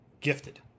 gifted